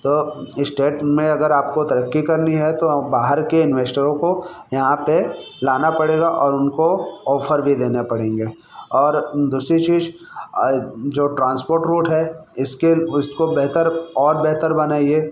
तो स्टेट में अगर आपको तरक्की करनी है तो बाहर के इंवेस्टरों को यहाँ पर लाना पड़ेगा और उनको ऑफर भी देने पड़ेंगे और दूसरी चीज़ जो ट्रांसपोर्ट रोड है इसके उसको बेहतर और बेहतर बनाइए